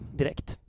direkt